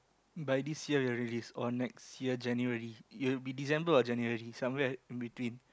by this year it will release or next year January it'll be December or January somewhere in between